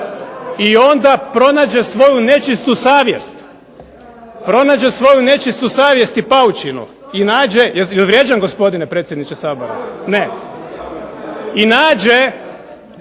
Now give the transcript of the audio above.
ne razumije se./… I onda pronađe svoju nečistu savjest i paučinu i nađe, jel vrijeđam gospodine predsjedniče Sabora? Ne. I nađe